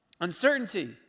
uncertainty